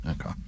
okay